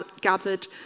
gathered